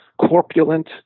corpulent